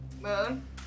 Moon